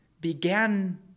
began